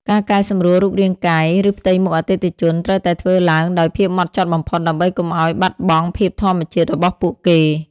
ការកែសម្រួលរូបរាងកាយ ឬផ្ទៃមុខអតិថិជន ត្រូវតែធ្វើឡើងដោយភាពម៉ត់ចត់បំផុត ដើម្បីកុំឱ្យបាត់បង់ភាពធម្មជាតិរបស់ពួកគេ។